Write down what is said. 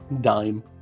dime